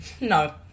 No